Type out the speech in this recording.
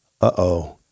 Uh-oh